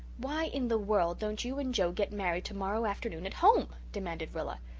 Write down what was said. why in the world don't you and joe get married tomorrow afternoon at home? demanded rilla.